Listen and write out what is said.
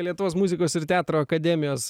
lietuvos muzikos ir teatro akademijos